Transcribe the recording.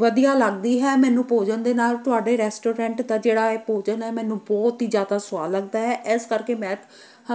ਵਧੀਆ ਲੱਗਦੀ ਹੈ ਮੈਨੂੰ ਭੋਜਨ ਦੇ ਨਾਲ ਤੁਹਾਡੇ ਰੈਸਟੋਰੈਂਟ ਦਾ ਜਿਹੜਾ ਇਹ ਭੋਜਨ ਹੈ ਮੈਨੂੰ ਬਹੁਤ ਹੀ ਜ਼ਿਆਦਾ ਸਵਾਦ ਲੱਗਦਾ ਹੈ ਇਸ ਕਰਕੇ ਮੈਂ